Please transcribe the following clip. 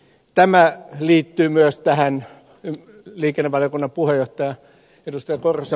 tämä liittyy myös tähän liikennevaliokunnan puheenjohtaja ed